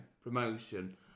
promotion